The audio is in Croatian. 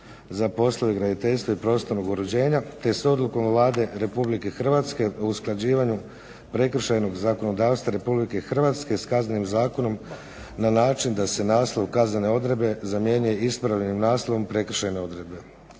za poslove graditeljstva i prostornog uređenja, te s odlukom Vlade RH o usklađivanju prekršajnog zakonodavstva RH sa Kaznenim zakonom na način da se naslov kaznene odredbe zamjenjuje ispravnim naslovom prekršajne odredbe.